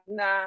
na